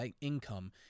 income